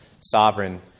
sovereign